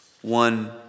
One